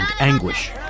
anguish